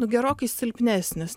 gerokai silpnesnis